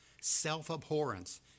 self-abhorrence